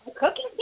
Cooking